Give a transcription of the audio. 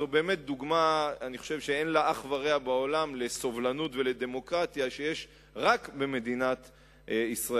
זו באמת דוגמה לסובלנות ולדמוקרטיה שיש רק במדינת ישראל,